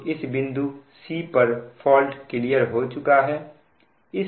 तो इस बिंदु c पर फॉल्ट क्लियर हो चुका है